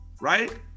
right